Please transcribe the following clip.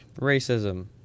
Racism